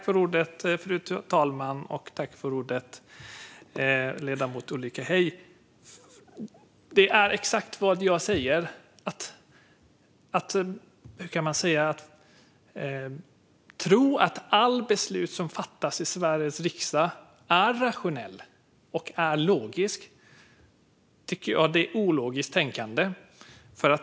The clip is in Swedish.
Fru talman! Det är exakt vad jag säger. Hur kan man tro att alla beslut som fattas i Sveriges riksdag är rationella och logiska? Det tycker jag är ologiskt tänkande.